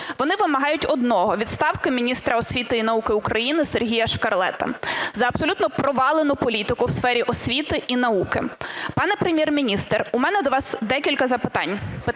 вони вимагають одного – відставки міністра освіти і науки України Сергія Шкарлета за абсолютно провалену політику в сфері освіти і науки. Пане Прем'єр-міністр, у мене до вас декілька запитань.